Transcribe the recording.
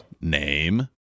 name